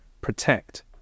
Protect